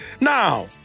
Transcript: Now